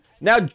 Now